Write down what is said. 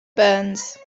burns